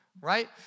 right